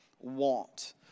want